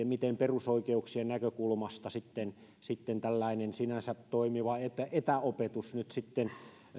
miten perusoikeuksien näkökulmasta tällainen sinänsä toimiva etäopetus nyt sitten